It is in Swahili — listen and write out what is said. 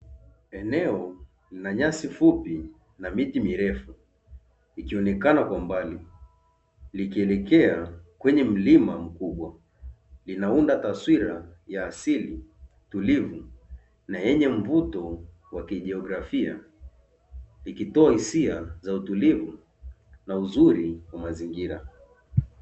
Eneo lina nyasi fupi na miti mirefu ikionekana kwa mbali likielekea kwenye mlima mkubwa, linaunda taswira ya asili tulivu na yenye mvuto wa kijiografia ikitoa hisia za utulivu na uzuri wa mazingira.